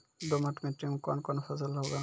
दोमट मिट्टी मे कौन कौन फसल होगा?